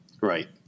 Right